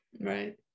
Right